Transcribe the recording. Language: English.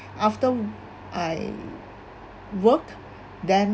after I worked then